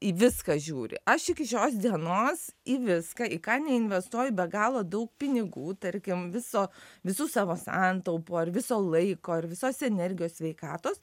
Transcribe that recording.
į viską žiūri aš iki šios dienos į viską į ką neinvestuoji be galo daug pinigų tarkim viso visų savo santaupų ar viso laiko ir visos energijos sveikatos